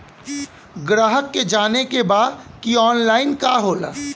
ग्राहक के जाने के बा की ऑनलाइन का होला?